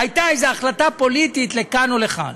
זה לא שהייתה איזו החלטה פוליטית לכאן או לכאן.